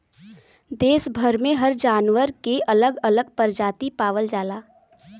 देस भर में हर जानवर के अलग अलग परजाती पावल जाला